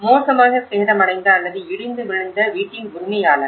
மோசமாக சேதமடைந்த அல்லது இடிந்து விழுந்த வீட்டின் உரிமையாளரா